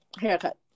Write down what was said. haircut